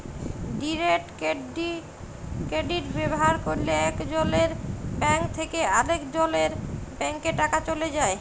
direct credit ব্যাভার ক্যরলে একজলের ব্যাংক থ্যাকে আরেকজলের ব্যাংকে টাকা চ্যলে যায়